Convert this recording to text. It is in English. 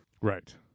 right